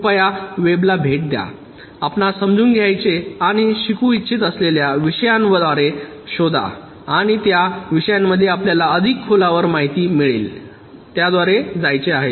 कृपया वेबला भेट द्या आपणास समजून घ्यायचे आणि शिकू इच्छित असलेल्या विषयांद्वारे शोधा आणि त्या विषयांमध्ये आपल्याला अधिक खोलवर माहिती मिळेल त्याद्वारे जायचे आहे